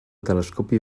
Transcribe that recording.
telescopi